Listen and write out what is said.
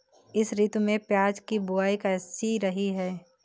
इस ऋतु में प्याज की बुआई कैसी रही है?